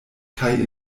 kaj